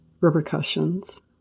repercussions